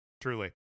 Truly